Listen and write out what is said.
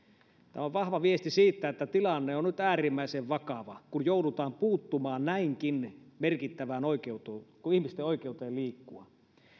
tämä on vahva viesti siitä että tilanne on on nyt äärimmäisen vakava kun joudutaan puuttumaan näinkin merkittävään oikeuteen kuin ihmisten oikeuteen liikkua